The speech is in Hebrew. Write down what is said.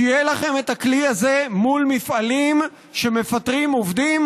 שיהיה לכם כלי כזה מול מפעלים שמפטרים עובדים